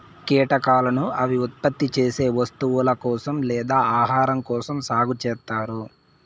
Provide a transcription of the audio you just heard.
కీటకాలను అవి ఉత్పత్తి చేసే వస్తువుల కోసం లేదా ఆహారం కోసం సాగు చేత్తారు